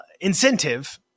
incentive